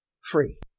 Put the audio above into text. free